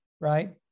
right